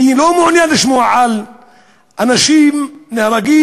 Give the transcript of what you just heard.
אני לא מעוניין לשמוע על אנשים שנהרגים,